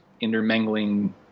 intermingling